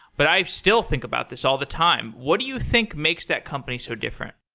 but i still think about this all the time. what do you think makes that company so different?